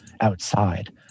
outside